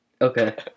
Okay